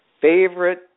favorite